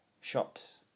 shops